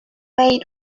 maid